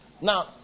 Now